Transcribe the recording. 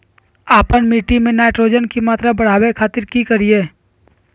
आपन मिट्टी में नाइट्रोजन के मात्रा बढ़ावे खातिर की करिय?